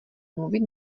mluvit